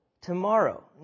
tomorrow